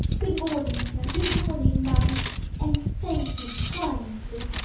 good morning, sir. good morning, ma'am and thank you kindly.